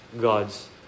God's